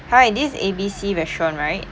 hi this IS A_B_C restaurant right